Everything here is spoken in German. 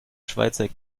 schweizer